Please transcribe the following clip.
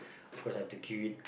of course I have to queue it